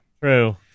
True